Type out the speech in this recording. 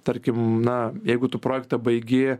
tarkim na jeigu tu projektą baigi